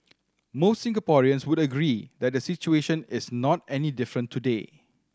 most Singaporeans would agree that the situation is not any different today